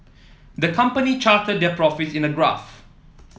the company charted their profits in a graph